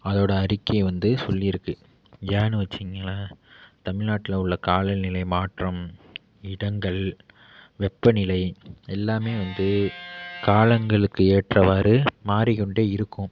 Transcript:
அதோடய அறிக்கையை வந்து சொல்லியிருக்கு ஏன்னு வச்சுங்களேன் தமிழ்நாட்டில் உள்ள காலநிலை மாற்றம் இடங்கள் வெப்பநிலை எல்லாமே வந்து காலங்களுக்கு ஏற்றவாறு மாறிக்கொண்டே இருக்கும்